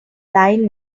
line